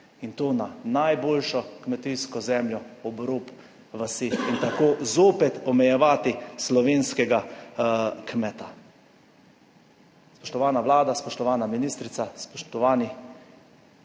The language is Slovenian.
in to na najboljšo kmetijsko zemljo, ob rob vasi in tako zopet omejevati slovenskega kmeta. Spoštovana Vlada, spoštovana ministrica, spoštovani,